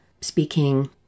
speaking